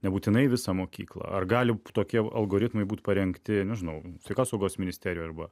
nebūtinai visą mokyklą ar gali tokie algoritmai būt parengti nežinau ką saugos ministerija arba